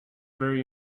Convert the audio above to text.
very